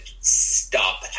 stop